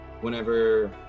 whenever